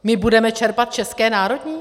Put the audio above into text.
My budeme čerpat české národní?